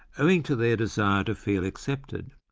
owing to their desire to feel accepted.